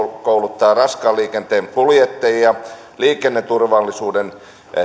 kouluttaa raskaan liikenteen kuljettajia ja liikenneturvallisuuden